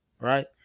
right